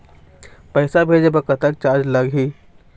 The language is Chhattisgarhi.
पैसा भेजे बर कतक चार्ज लगही?